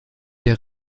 der